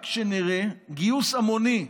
רק כשנראה גיוס המוני,